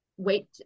wait